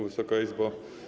Wysoka Izbo!